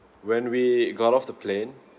when we got off the plane